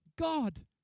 God